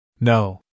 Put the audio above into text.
No